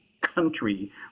country